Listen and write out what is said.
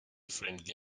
friendly